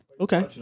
Okay